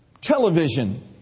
television